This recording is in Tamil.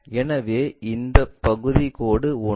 எனவே இந்த பகுதி கோடு 1